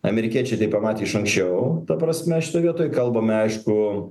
amerikiečiai tai pamatė iš anksčiau ta prasme šitoj vietoj kalbame aišku